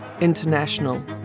international